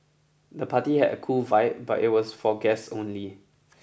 the party had a cool vibe but it was for guests only